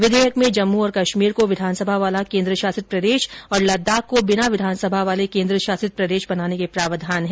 विधेयक में जम्मू और कश्मीर को विधानसभा वाला केन्द्र शासित प्रदेश और लद्दाख को बिना विधानसभा वाले केन्द्र शासित प्रदेश बनाने के प्रावधान हैं